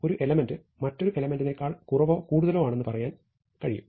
അവിടെ ഒരു എലമെന്റ് മറ്റൊരു എലെമെന്റിനേക്കാൾ കുറവോ കൂടുതലോ ആണെന്ന് നമുക്ക് പറയാൻ കഴിയും